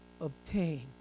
obtain